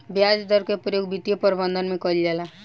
ब्याज दर के प्रयोग वित्तीय प्रबंधन में कईल जाला